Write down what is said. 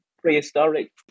prehistoric